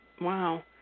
Wow